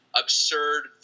absurd